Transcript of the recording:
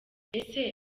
ese